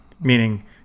meaning